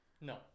No